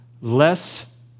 less